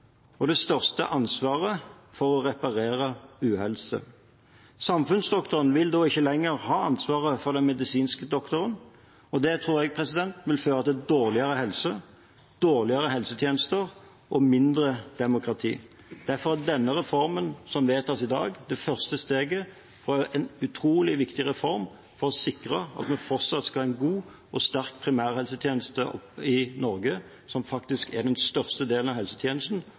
og det største ansvaret for å reparere u-helse. Samfunnsdoktorene vil ikke lenger ha ansvaret for den medisinske doktoren. Det tror jeg vil føre til dårligere helse, dårligere helsetjenester og mindre demokrati. Derfor er denne reformen som vedtas i dag, det første steget og en utrolig viktig reform for å sikre at vi fortsatt skal ha en god og sterk primærhelsetjeneste i Norge, som faktisk er den største delen av helsetjenesten,